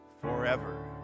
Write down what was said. forever